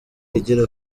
igera